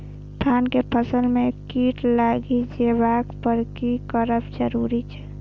धान के फसल में कीट लागि जेबाक पर की करब जरुरी छल?